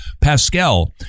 Pascal